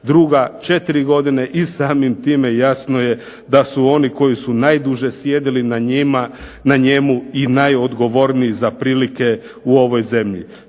druga 4 godine i samim time jasno je da su oni koji su najduže sjedili na njemu i najodgovorniji za prilike u ovoj zemlji.